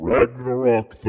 Ragnarok